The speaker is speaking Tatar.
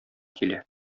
килә